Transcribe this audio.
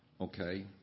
Okay